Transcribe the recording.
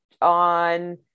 on